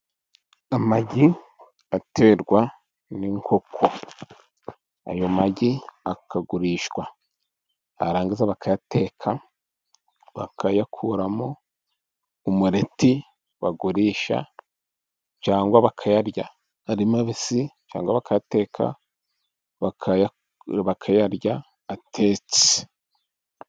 Amagi aterwa n'inkoko, ayo magi akagurishwa, barangiza bakayateka, bakayakuramo umureti bagurisha, cyangwa bakayarya ari mabisi, cyangwa bakayateka bakayarya atetse.